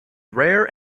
rare